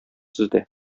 сездә